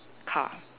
car